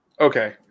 Okay